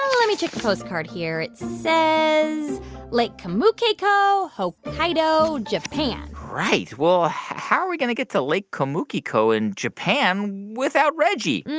let me check the postcard here. it says lake komukeiko, hokkaido, japan right. well, how are we going to get to lake komukeiko in japan without reggie?